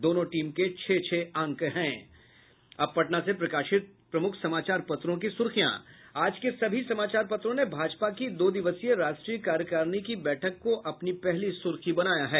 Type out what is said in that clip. दोनों टीम के छह छह अंक हैं अब पटना से प्रकाशित प्रमुख समाचार पत्रों की सुर्खियां आज के सभी समाचार पत्रों ने भाजपा की दो दिवसीय राष्ट्रीय कार्यकारिणी की बैठक को अपनी पहली सुर्खी बनाया है